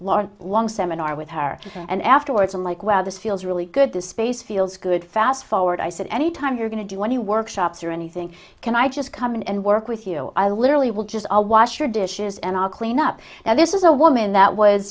a long seminar with her and afterwards i'm like wow this feels really good this space feels good fast forward i said any time you're going to do any workshops or anything can i just come in and work with you i literally will just i'll wash your dishes and i'll clean up now this is a woman that was